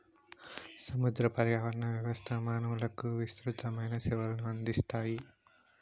సముద్ర పర్యావరణ వ్యవస్థ మానవులకు విసృతమైన సేవలను అందిస్తాయి